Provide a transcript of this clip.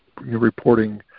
reporting